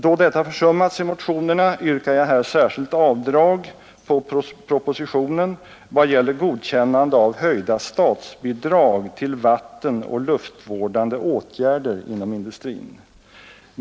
Då detta försummats i motionerna yrkar jag här särskilt avslag på propositionen i vad gäller godkännande av höjda statsbidrag till vattenoch luftvårdande åtgärder inom industrin.